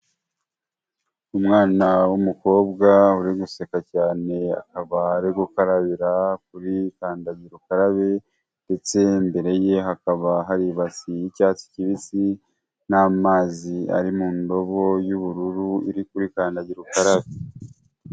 Umwana w'umukobwa uri guseka cyane, akaba ari gukarabira kuri kandagira ukarabe ndetse imbere ye hakaba hari ibasi y'icyatsi kibisi n'amazi ari mu ndobo y'ubururu, iri kuri kandagira ukarabe.